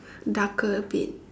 darker a bit